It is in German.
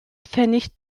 pfennig